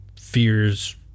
fears